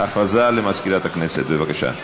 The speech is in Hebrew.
הודעה למזכירת הכנסת, בבקשה.